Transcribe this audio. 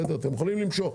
אתם יכולים למשוך.